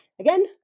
again